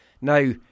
Now